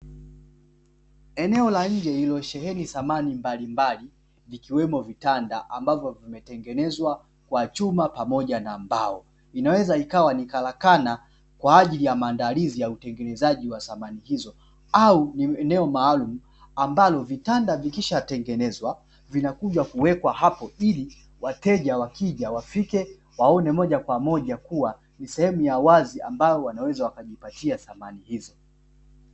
Eneo la nje lililosheheni samani mbalimbali vikiwemo vitanda ambavyo vimetengenezwa kwa chuma pamoja na mbao, inaweza ikawa ni karakana kwa ajili ya maandalizi ya utengenezaji wa samani hizo, au ni eneo maalumu ambalo vitanda vikishatengenezwa vinakuja kuwekwa hapo, ili wateja wakija wafike waone moja kwa moja kuwa ni sehemu ya wazi ambayo wanaweza kujipatia samani hizo.